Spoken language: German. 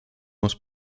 muss